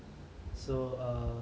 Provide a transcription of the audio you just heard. so err